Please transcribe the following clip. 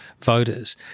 voters